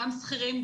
גם שכירים,